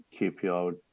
QPR